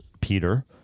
Peter